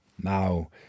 Now